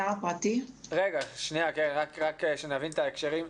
רגע, רק שנבין את ההקשרים.